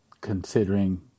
considering